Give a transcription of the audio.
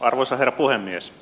arvoisa herra puhemies